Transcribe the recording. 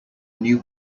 new